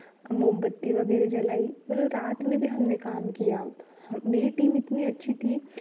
मोमबत्ती वगैरह जलाई मतलब रात में भी हमने काम किया और मेरी टीम इतनी अच्छी थी